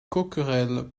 coquerel